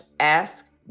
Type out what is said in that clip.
ask